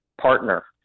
partner